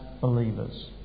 believers